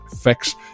Fix